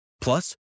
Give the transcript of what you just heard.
Plus